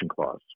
clause